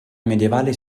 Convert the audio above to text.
medievale